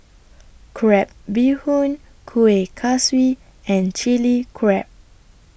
Crab Bee Hoon Kueh Kaswi and Chili Crab